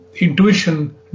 intuition